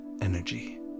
energy